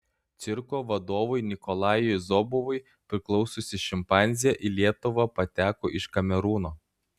cirko vadovui nikolajui zobovui priklausiusi šimpanzė į lietuvą pateko iš kamerūno